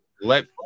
let